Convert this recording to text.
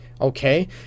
okay